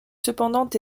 cependant